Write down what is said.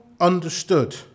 understood